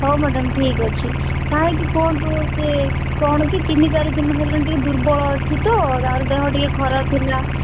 ହଉ ମ୍ୟାଡ଼ାମ୍ ଠିକ୍ ଅଛି କାହିଁକି କୁହନ୍ତୁ ସେ କ'ଣ କି ତିନି ଚାରିଦିନ ହେଲା ଟିକେ ଦୁର୍ବଳ ଅଛି ତ ତା'ର ଦେହ ଟିକେ ଖରାପ ଥିଲା